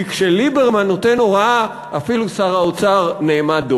כי כשליברמן נותן הוראה אפילו שר האוצר נעמד דום.